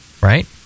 right